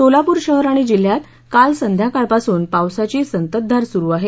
सोलापूर शहर आणि जिल्ह्यात काल संध्याकाळपासून पावसाची संततधार सुरु आहे